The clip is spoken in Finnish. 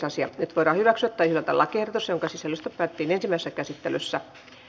nyt voidaan hyväksyä tai hylätä lakiehdotus jonka sisällöstä päätettiin ensimmäisessä käsittelyssä